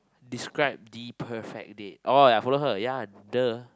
describe the perfect date oh ya I follow her ya [duh]